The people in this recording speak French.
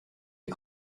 des